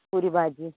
puri bhaji